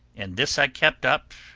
and this i kept up